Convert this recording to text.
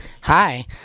Hi